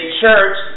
church